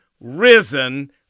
risen